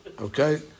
okay